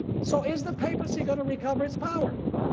so is the papacy going to recover its power?